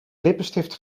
lippenstift